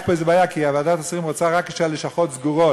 יש פה איזו בעיה כי ועדת השרים רוצה רק כשהלשכות סגורות.